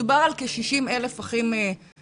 מדובר על כ-60,000 אחים שכולים,